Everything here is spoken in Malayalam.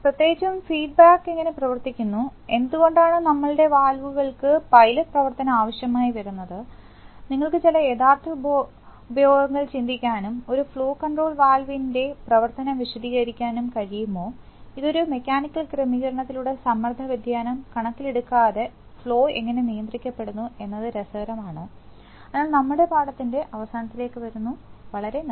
പ്രത്യേകിച്ചും ഫീഡ്ബാക്ക് എങ്ങനെ പ്രവർത്തിക്കുന്നു എന്തുകൊണ്ടാണ് നമ്മളുടെ വാൽവുകൾക്ക് പൈലറ്റ് പ്രവർത്തനം ആവശ്യമായി വരുന്നത് നിങ്ങൾക്ക് ചില യഥാർത്ഥ ഉപയോഗങ്ങൾ ചിന്തിക്കാനും ഒരു ഫ്ലോ കൺട്രോൾ വാൽവിന്റെ പ്രവർത്തനം വിശദീകരിക്കാനും കഴിയുമോ ഇത് ഒരു മെക്കാനിക്കൽ ക്രമീകരണത്തിലൂടെ സമ്മർദ്ദ വ്യതിയാനം കണക്കിലെടുക്കാതെ ഫ്ലോ എങ്ങനെ നിയന്ത്രിക്കപ്പെടുന്നു എന്നത് രസകരമാണ് അതിനാൽ നമ്മുടെ പാഠത്തിന്റെ അവസാനത്തിലേക്ക് വരുന്നു വളരെ നന്ദി